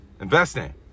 Investing